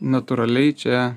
natūraliai čia